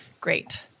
Great